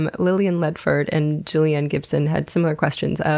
and lillian ledford and julianne gibson had similar questions.